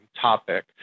topic